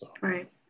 Right